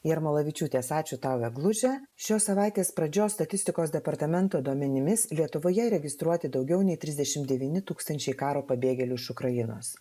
jarmalavičiūtės ačiū tau egluže šios savaitės pradžios statistikos departamento duomenimis lietuvoje registruoti daugiau nei trisdešim devyni tūkstančiai karo pabėgėlių iš ukrainos